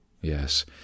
Yes